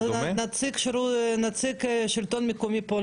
אבל נציג השלטון המקומי פה,